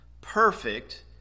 perfect